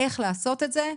איך לעשות את זה.